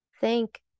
Thank